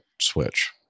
switch